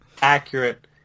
Accurate